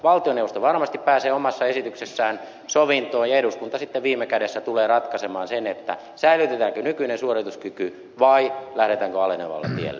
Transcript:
valtioneuvosto varmasti pääsee omassa esityksessään sovintoon ja eduskunta sitten viime kädessä tulee ratkaisemaan sen säilytetäänkö nykyinen suorituskyky vai lähdetäänkö alenevalle tielle